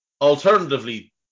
Alternatively